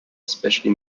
especially